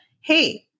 Hey